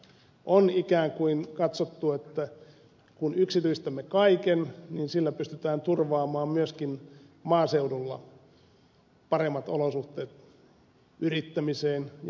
on ikään kuin katsottu että kun yksityistämme kaiken niin sillä pystytään turvaamaan myöskin maaseudulla paremmat olosuhteet yrittämiseen ja muuhunkin